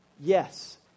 Yes